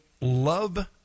love